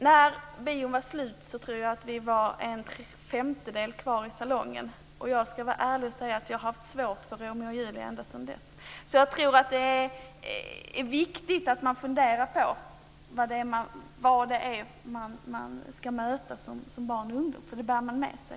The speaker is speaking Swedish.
När bion var slut tror jag att en femtedel var kvar i salongen. Jag ska vara ärlig och säga att jag har haft svårt för Romeo och Julia ända sedan dess. Jag tror att det är viktigt att man funderar på vad det är som barn och ungdomar ska möta, för det bär de med sig.